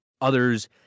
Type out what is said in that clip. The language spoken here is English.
Others